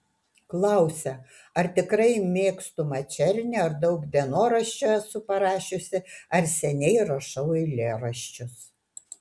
klausia ar tikrai mėgstu mačernį ar daug dienoraščio esu parašiusi ar seniai rašau eilėraščius